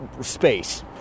space